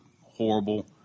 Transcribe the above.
horrible